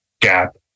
gap